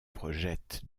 projette